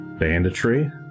Banditry